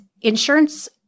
insurance